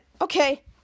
Okay